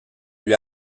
lui